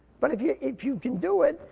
but if you if you can do it,